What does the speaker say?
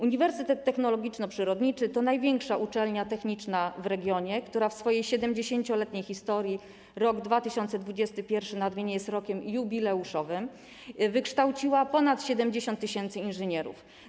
Uniwersytet Technologiczno-Przyrodniczy to największa uczelnia techniczna w regionie, która w swojej 70-letniej historii - rok 2021, nadmienię, jest rokiem jubileuszowym - wykształciła ponad 70 tys. inżynierów.